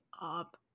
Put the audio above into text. up